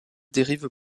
dérivent